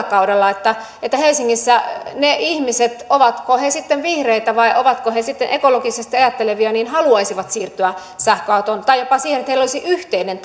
kaudella että että helsingissä ihmiset ovatko he sitten vihreitä vai ovatko he sitten ekologisesti ajattelevia haluaisivat siirtyä sähköautoon tai jopa että heillä olisi yhteinen